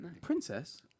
Princess